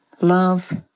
love